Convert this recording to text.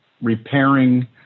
repairing